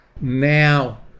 now